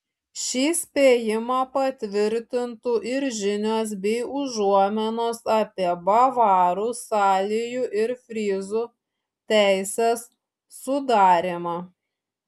šį spėjimą patvirtintų ir žinios bei užuominos apie bavarų salijų ir fryzų teisės sudarymą